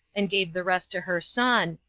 and gave the rest to her son,